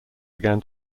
began